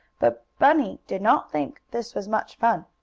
but bunny did not think this was much fun.